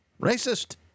Racist